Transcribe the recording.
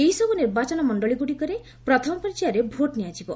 ଏହି ସବୁ ନିର୍ବାଚନ ମଣ୍ଡଳୀଗୁଡ଼ିକରେ ପ୍ରଥମ ପର୍ଯ୍ୟାୟରେ ଭୋଟ୍ ନିଆଯିବ